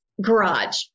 garage